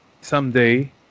someday